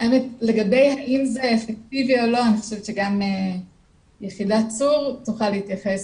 לגבי אם זה אפקטיבי או לא אני חושבת שגם יחידת צור צריכה להתייחס.